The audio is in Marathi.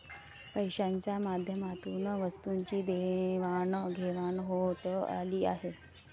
पैशाच्या माध्यमातून वस्तूंची देवाणघेवाण होत आली आहे